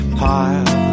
pile